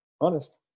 honest